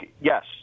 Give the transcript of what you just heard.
Yes